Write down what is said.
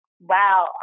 Wow